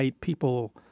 people